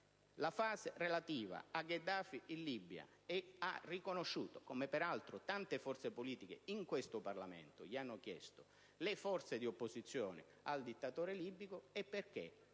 la fase relativa a Gheddafi in Libia ed ha riconosciuto - come peraltro tante forze politiche in questo Parlamento gli hanno chiesto - le forze di opposizione al dittatore libico, è perché